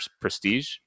prestige